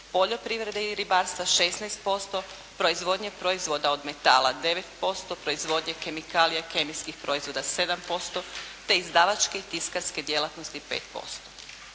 poljoprivrede i ribarstva 16%, proizvodnje proizvoda od metala 9%, proizvodnje kemikalija i kemijskih proizvoda 7%, te izdavačke i tiskarske djelatnosti 5%.